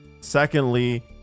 Secondly